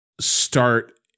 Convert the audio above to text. start